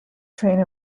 train